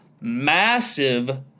massive